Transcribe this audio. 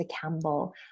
campbell